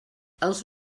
els